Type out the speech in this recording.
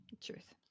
Truth